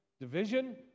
Division